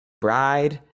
Bride